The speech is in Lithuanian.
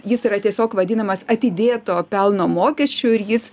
jis yra tiesiog vadinamas atidėto pelno mokesčiu ir jis